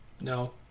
No